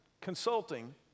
consulting